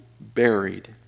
buried